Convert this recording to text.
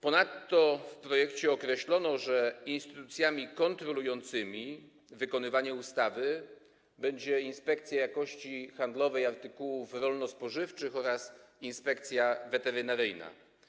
Ponadto w projekcie określono, że instytucjami kontrolującymi wykonywanie ustawy będzie Inspekcja Jakości Handlowej Artykułów Rolno-Spożywczych oraz Inspekcja Weterynaryjna.